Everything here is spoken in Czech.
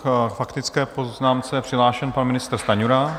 K faktické poznámce je přihlášen pan ministr Stanjura.